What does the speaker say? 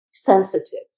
sensitive